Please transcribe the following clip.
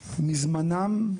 מזמנם,